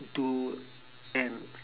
to and